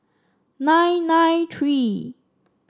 nine nine three